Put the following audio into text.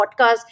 podcast